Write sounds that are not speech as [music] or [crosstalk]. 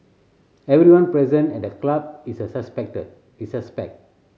everyone present at the club is a suspect [unintelligible]